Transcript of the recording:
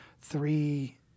three